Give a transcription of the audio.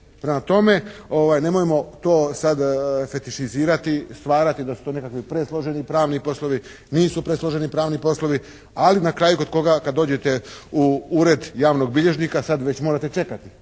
tome, nemojmo to sad fetišizirati, stvarati da su to nekakvi presloženi pravni poslovi. Nisu presloženi pravni poslovi, ali na kraju kod koga kad dođete u ured javnog bilježnika sad već morate čekati